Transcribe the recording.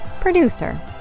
producer